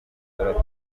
cyavuzwe